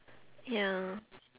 ya